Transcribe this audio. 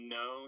no